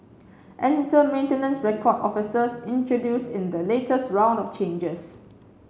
enter maintenance record officers introduced in the latest round of changes